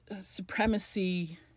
supremacy